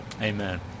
Amen